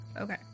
okay